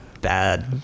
bad